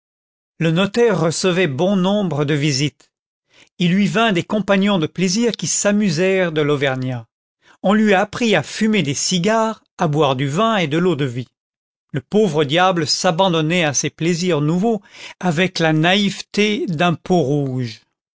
le notaire recevait bon nombre de visites il lui vint des compagnons de plaisir qui s'amusèrent de l'auvergnat on lui apprit à fumer des cigares à boire du vin et de l'eau-de-vie le pauvre diable s'abandonnait à ces plaisirs nouveaux avec la naïveté d'un peau-rouge